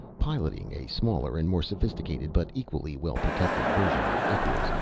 piloting a smaller and more sophisticated but equally-well protected version of icarus,